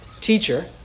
teacher